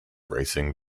racing